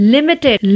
Limited